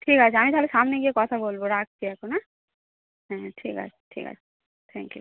ঠিক আছে আমি তালে সামনে গিয়ে কথা বলবো রাখছি এখন হ্যাঁ হ্যাঁ ঠিক আছে ঠিক আছে থ্যাংক ইউ